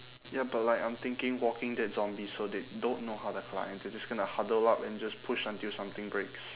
ya but like I'm thinking walking dead zombies so they don't know how to climb they're just gonna huddle up and just push until something breaks